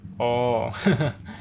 orh